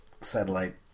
satellite